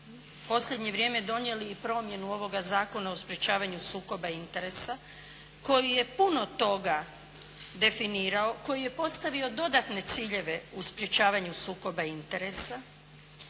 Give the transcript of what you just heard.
posljednje vrijeme donijeli i promjenu ovoga Zakona o sprečavanju sukoba interesa koji je puno toga definirao. Koji je postavio dodatne ciljeve u sprečavanju sukoba interesa.